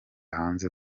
hanze